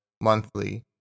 monthly